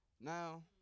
Now